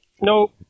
No